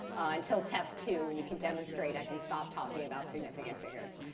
until test two when you can demonstrate i can stop talking about significant figures.